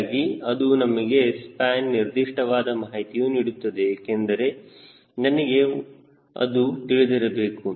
ಹೀಗಾಗಿ ಅದು ನಮಗೆ ಸ್ಪ್ಯಾನ್ ನಿರ್ದಿಷ್ಟವಾದ ಮಾಹಿತಿಯು ನೀಡುತ್ತದೆ ಏಕೆಂದರೆ ನನಗೆ ಅದು ತಿಳಿದಿರಬೇಕು